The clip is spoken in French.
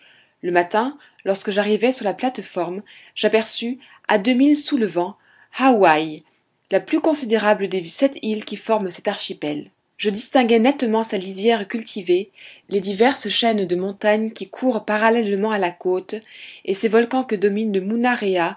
le matin lorsque j'arrivai sur la plate-forme j'aperçus à deux milles sous le vent haouaï la plus considérable des sept îles qui forment cet archipel je distinguai nettement sa lisière cultivée les diverses chaînes de montagnes qui courent parallèlement à la côte et ses volcans que domine